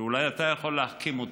שאולי אתה יכול להחכים אותי.